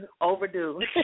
overdue